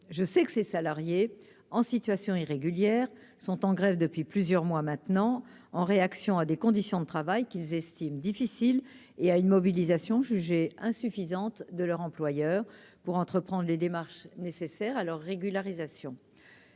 je sais que ces salariés en situation irrégulière sont en grève depuis plusieurs mois maintenant, en réaction à des conditions de travail qu'ils estiment difficiles et à une mobilisation jugée insuffisante de leur employeur pour entreprendre les démarches nécessaires à leur régularisation